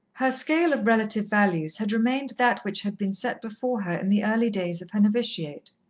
her scale of relative values had remained that which had been set before her in the early days of her novitiate.